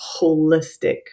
holistic